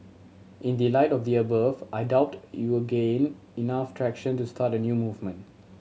in the light of the above I doubt you will gain enough traction to start a new movement